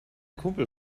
kumpel